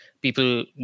people